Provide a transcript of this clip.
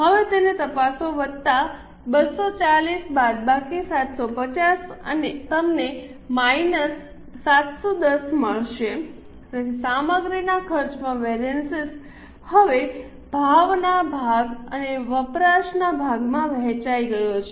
હવે તેને તપાસો વત્તા 240 બાદબાકી 750 તમને માઈનસ 710 મળશે તેથી સામગ્રીના ખર્ચમાં વેરિએન્સ હવે ભાવના ભાગ અને વપરાશના ભાગમાં વહેંચાઈ ગયો છે